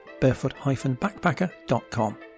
barefoot-backpacker.com